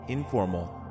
Informal